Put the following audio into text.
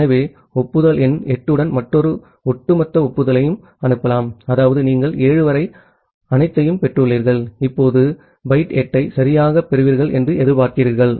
ஆகவே ஒப்புதல் எண் 8 உடன் மற்றொரு ஒட்டுமொத்த ஒப்புதலை அனுப்பலாம் அதாவது நீங்கள் 7 வரை அனைத்தையும் பெற்றுள்ளீர்கள் இப்போது பைட் 8 ஐ சரியாகப் பெறுவீர்கள் என்று எதிர்பார்க்கிறீர்கள்